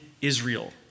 Israel